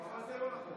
אבל זה לא נכון.